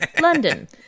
London